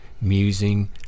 Musing